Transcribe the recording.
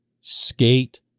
Skate